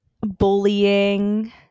bullying